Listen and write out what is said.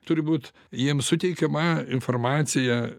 turi būti jiems suteikiama informacija